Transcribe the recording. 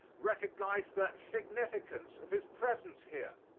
recognized the significance of his presence here,